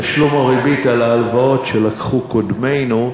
תשלום הריבית על ההלוואות שלקחו קודמינו,